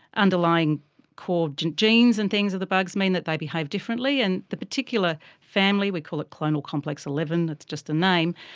underlying core genes and things of the bugs mean that they behave differently, and the particular family, we call it clonal complex eleven, it's just a name,